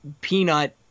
peanut